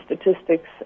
statistics